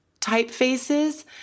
typefaces